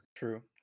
True